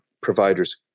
providers